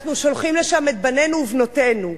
אנחנו שולחים לשם את בנינו ובנותינו,